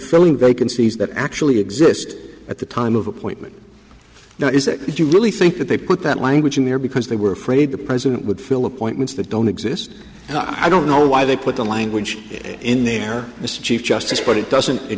filling vacancies that actually exist at the time of appointment now is that if you really think that they put that language in there because they were afraid the president would fill appointments that don't exist i don't know why they put the language in there mr chief justice but it doesn't it